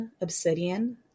obsidian